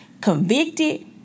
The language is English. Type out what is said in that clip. convicted